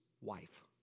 wife